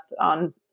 on